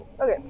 Okay